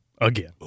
Again